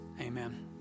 Amen